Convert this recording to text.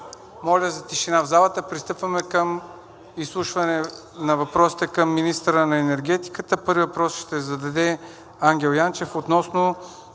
Моля за тишина в залата. Пристъпваме към изслушване на въпросите към министъра на енергетиката. Първият въпрос ще зададе Ангел Янчев относно